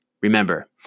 Remember